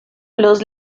los